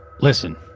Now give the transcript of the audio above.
Listen